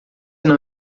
não